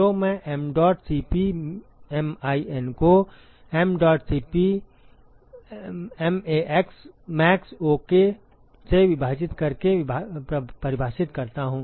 तो मैं mdot Cp min को mdot Cp max ok से विभाजित करके परिभाषित करता हूं